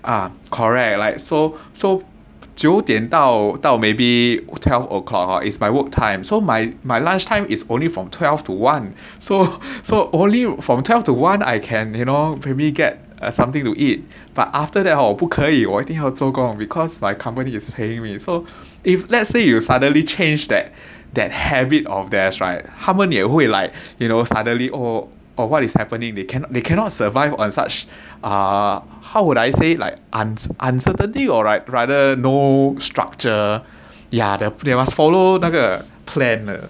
ah correct like so so 九点到到 maybe maybe twelve o'clock it's my work time so my my lunchtime is only from twelve to one so so only from twelve to one I can you know maybe get something to eat but after that hor 不可以我一定要做工 because my company is paying me so if let's say you suddenly change that that habit of theirs right 他们 like you know suddenly oh oh what is happening they can~ they cannot survive on such uh how would I say like un~ uncertainty or rather no structure they must follow 那个 plan